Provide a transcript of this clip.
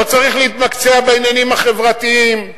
לא צריך להתמקצע בעניינים החברתיים,